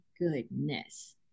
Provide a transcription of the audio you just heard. goodness